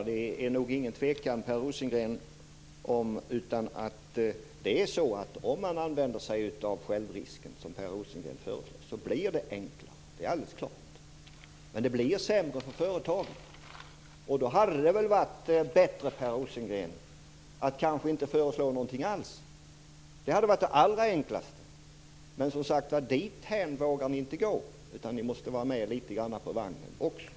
Herr talman! Om man använder sig av självrisken, som Per Rosengren föreslår, är det ingen tvekan om att det blir enklare. Det är alldeles klart. Men det blir sämre för företagen. Då hade det väl varit bättre, Per Rosengren, att inte föreslå någonting alls? Det hade varit det allra enklaste. Men dithän vågar ni inte gå. Ni måste vara med litet grand på vagnen också.